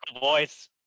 voice